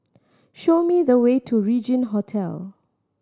show me the way to Regin Hotel